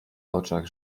oczach